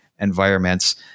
environments